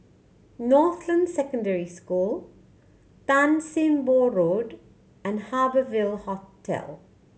Northland Secondary School Tan Sim Boh Road and Harbour Ville Hotel